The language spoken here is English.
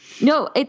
No